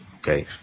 okay